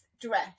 dress